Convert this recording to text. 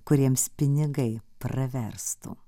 kuriems pinigai praverstų